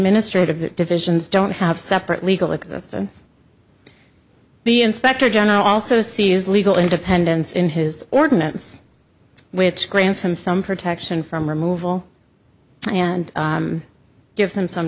ministrative divisions don't have separate legal existence the inspector general also sees legal independence in his ordinance which grants from some protection from removal and gives them some